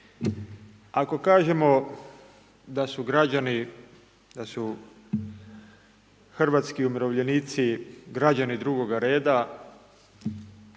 Ako kažemo da su građani, da su hrvatski umirovljenici građani drugoga reda,